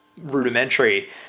rudimentary